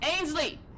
Ainsley